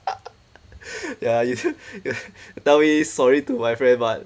ya you you tell me sorry to my friend but